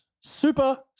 Super